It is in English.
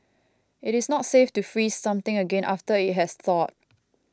it is not safe to freeze something again after it has thawed